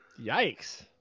Yikes